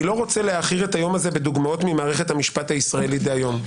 אני לא רוצה להעכיר את היום הזה בדוגמאות ממערכת המשפט הישראלית דהיום.